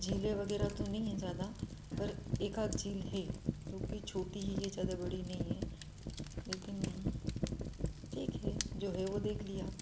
झीले वगैरह तो नहीं है ज़्यादा पर एकाध झील है वह भी छोटी ही है ज़्यादा बड़ी नहीं है लेकिन ठीक है जो है वह देख लिया